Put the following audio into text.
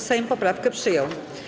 Sejm poprawkę przyjął.